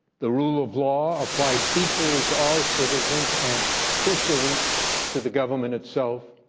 the rule of law applied equally to all citizens and crucially to the government itself,